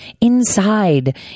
inside